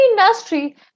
industry